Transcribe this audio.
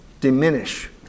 diminish